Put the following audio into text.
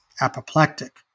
apoplectic